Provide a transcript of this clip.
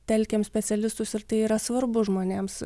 telkiam specialistus ir tai yra svarbu žmonėms